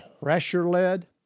pressure-led